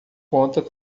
conta